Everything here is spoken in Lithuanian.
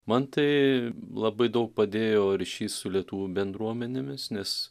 man tai labai daug padėjo ryšys su lietuvių bendruomenėmis nes